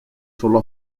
solo